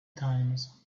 times